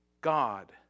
God